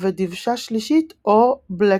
ודבשה שלישית או בלקסטראפ.